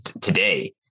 today